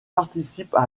participent